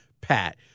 Pat